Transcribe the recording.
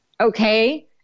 Okay